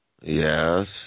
Yes